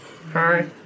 Hi